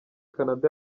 canada